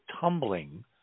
tumbling